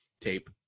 tape